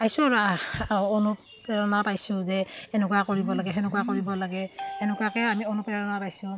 পাইছোঁ আৰু অনুপ্ৰেৰণা পাইছোঁ যে এনেকুৱা কৰিব লাগে সেনেকুৱা কৰিব লাগে এনেকুৱাকৈ আমি অনুপ্ৰেৰণা পাইছোঁ